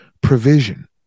provision